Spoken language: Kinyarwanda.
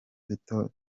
duto